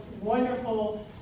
wonderful